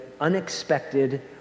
unexpected